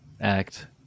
act